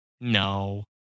No